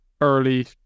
early